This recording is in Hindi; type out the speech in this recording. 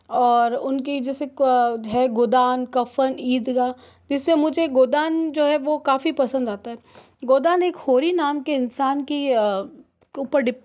और उनकी जैसे है गोदान कफ़न ईदगाह जिसमें मुझे गोदान जो हैं वह काफ़ी पसंद आता हैं गोदान एक होरी नाम के इंसान की के ऊपर डिप